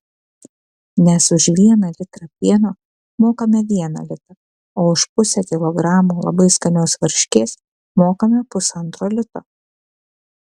nes už vieną litrą pieno mokame vieną litą o už pusę kilogramo labai skanios varškės mokame pusantro lito